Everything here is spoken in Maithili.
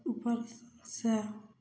उपरसँ सएह